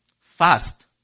fast